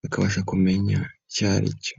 bakabasha kumenya icyo ari cyo.